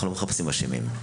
אנחנו לא מחפשים אשמים.